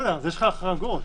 אז יש לך החרגות.